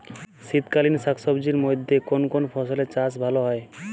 শীতকালীন শাকসবজির মধ্যে কোন কোন ফসলের চাষ ভালো হয়?